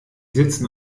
sitzen